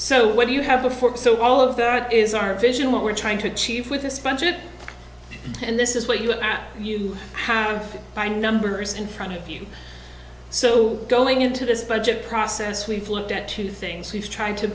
so whether you have a fork so all of that is our vision what we're trying to achieve with this budget and this is what you look at you have my numbers in front of you so going into this budget process we've looked at two things we've tried to